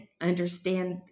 understand